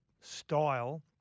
style